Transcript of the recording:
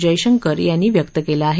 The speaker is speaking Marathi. जयशंकर यांनी व्यक्त केलं आहे